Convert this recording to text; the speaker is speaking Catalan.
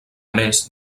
més